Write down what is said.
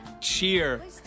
cheer